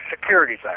security